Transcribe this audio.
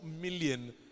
million